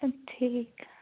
ٹھیٖک